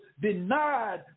denied